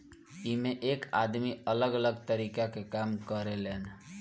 एइमें एक आदमी अलग अलग तरीका के काम करें लेन